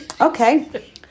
Okay